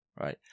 right